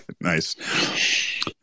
nice